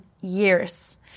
years